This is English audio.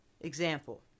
Example